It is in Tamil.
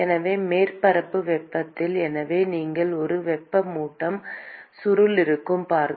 எனவே மேற்பரப்பு வெப்பநிலை எனவே நீங்கள் ஒரு வெப்பமூட்டும் சுருள் இருக்கும் பார்க்க